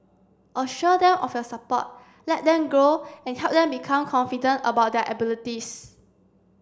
assure them of your support let them grow and help them become confident about their abilities